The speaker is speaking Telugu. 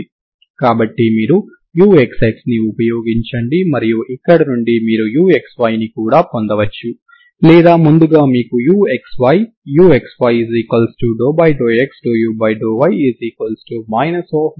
కాబట్టి మీరు స్పేషియల్ డొమైన్ లో సంతృప్తి పడే పూర్తి వాస్తవరేఖ మీద నిర్వచించబడిన u1 ని కలిగి ఉన్నారు